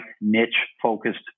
niche-focused